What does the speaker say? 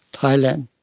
thailand,